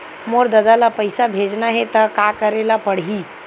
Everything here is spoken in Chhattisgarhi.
मोर ददा ल पईसा भेजना हे त का करे ल पड़हि?